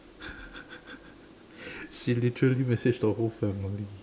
she literally messaged the whole family